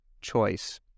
choice